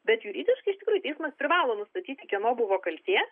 bet juridiškai iš tikrųjų teismas privalo nustatyti kieno buvo kaltė